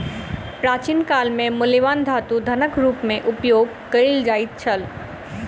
प्राचीन काल में मूल्यवान धातु धनक रूप में उपयोग कयल जाइत छल